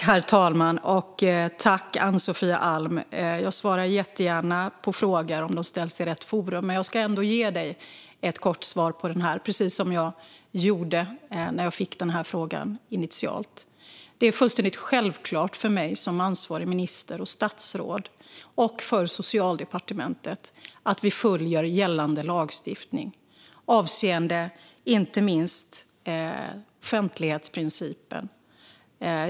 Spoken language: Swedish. Herr talman! Ann-Sofie Alm! Jag svarar jättegärna på frågor om de ställs i rätt forum. Jag ska ändå ge dig ett kort svar på denna fråga, precis som jag gjorde när jag fick frågan initialt. Det är fullständigt självklart för mig som ansvarig minister och statsråd och för Socialdepartementet att vi följer gällande lagstiftning, inte minst avseende offentlighetsprincipen.